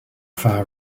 far